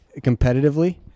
Competitively